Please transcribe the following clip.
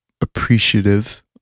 appreciative